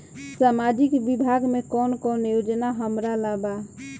सामाजिक विभाग मे कौन कौन योजना हमरा ला बा?